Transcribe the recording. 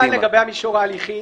עד כאן לגבי המישור ההליכי.